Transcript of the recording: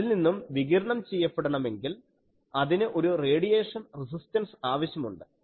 അതിൽനിന്നും വികിരണം ചെയ്യപ്പെടണമെങ്കിൽ അതിന് ഒരു റേഡിയേഷൻ റെസിസ്റ്റൻസ് ആവശ്യമുണ്ട്